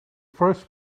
first